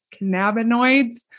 cannabinoids